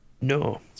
No